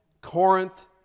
Corinth